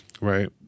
Right